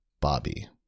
Bobby